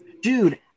Dude